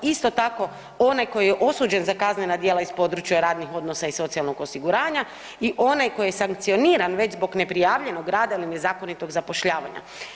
Isto tako onaj koji je osuđen za kaznena djela iz područja radnih odnosa i socijalnog osiguranja i onaj koji je sankcioniran već zbog neprijavljenog rada ili nezakonitog zapošljavanja.